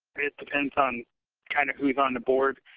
it depends on kind of who's on the board.